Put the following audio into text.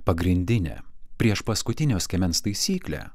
pagrindinę priešpaskutinio skiemens taisyklę